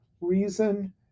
reason